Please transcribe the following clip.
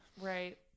right